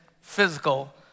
physical